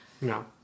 No